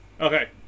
Okay